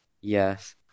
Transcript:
Yes